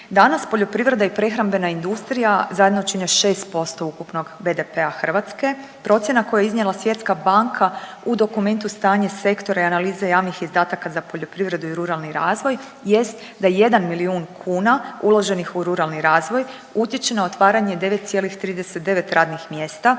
Danas poljoprivreda i prehrambena industrija zajedno čine 6% ukupnog BDP-a Hrvatske. Procjena koju je iznijela Svjetska banka u dokumentu Stanje sektora i analize javnih izdataka za poljoprivredu i ruralni razvoj jest da jedan milijun kuna uloženih u ruralni razvoj utječe na otvaranje 9,39 radnih mjesta,